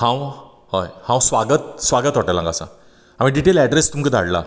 हांव हय हांव स्वागत स्वागत हॉटेलांत आसा हांवें डिटेल्ड एड्रेस तुमकां धाडलां